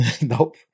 nope